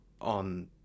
on